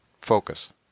focus